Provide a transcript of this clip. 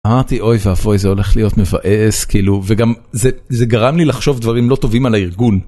אמרתי אוי ואבוי זה הולך להיות מבאס כאילו וגם זה זה גרם לי לחשוב דברים לא טובים על הארגון.